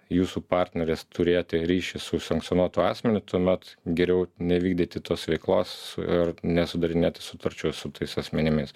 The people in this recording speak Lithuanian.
jūsų partneris turėti ryšį su sankcionuotu asmeniu tuomet geriau nevykdyti tos veiklos ir nesudarinėti sutarčių su tais asmenimis